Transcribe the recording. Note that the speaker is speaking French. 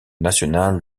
national